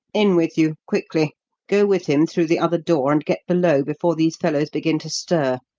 in with you, quickly go with him through the other door, and get below before those fellows begin to stir.